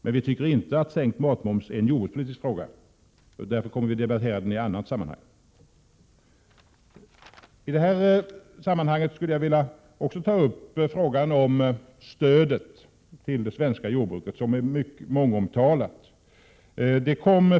Men vi tycker alltså inte att sänkt matmoms är en jordbrukspolitisk fråga, och därför kommer vi att debattera den i annat sammanhang. I detta sammanhang skulle jag också vilja ta upp frågan om stödet till det svenska jordbruket, som är mångomtalat.